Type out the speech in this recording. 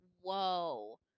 whoa